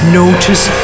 notice